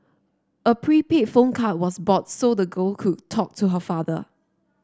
a prepaid phone card was bought so the girl could talk to her father